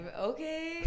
okay